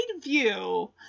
view